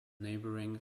neighbouring